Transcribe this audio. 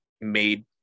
made